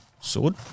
Sword